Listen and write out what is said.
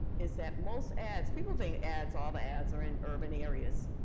is that most ads, people think ads, all the ads are in urban areas.